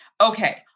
Okay